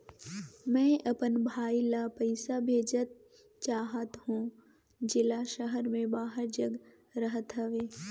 मैं अपन भाई ल पइसा भेजा चाहत हों, जेला शहर से बाहर जग रहत हवे